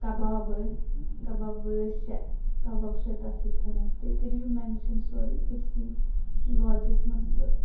کَبابہٕ کَبابہٕ شےٚ کَباب شےٚ تَتھ سۭتۍ حظ تُہۍ کٔرِو یہِ مٮ۪نشَن سورُے أکسٕے لوجَس منٛز تہٕ